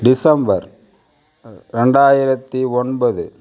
December ரெண்டாயிரத்து ஒன்பது